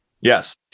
Yes